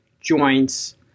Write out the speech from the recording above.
joints